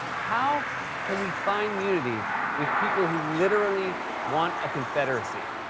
how can we find unity with people who literally want a confederacy?